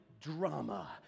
drama